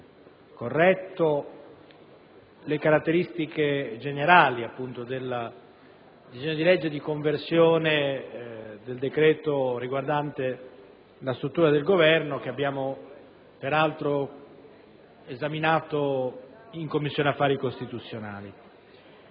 illustrato le caratteristiche generali del disegno di legge di conversione del decreto riguardante la struttura del Governo, che abbiamo peraltro esaminato in Commissione affari costituzionali.